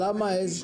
למה עז?